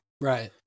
right